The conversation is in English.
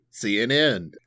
CNN